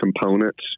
components